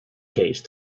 case